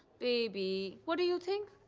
baby. what do you think?